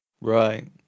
Right